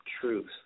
truth